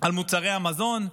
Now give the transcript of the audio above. על מוצרי המזון.